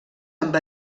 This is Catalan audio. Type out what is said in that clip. amb